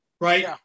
Right